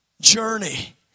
journey